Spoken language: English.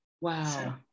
Wow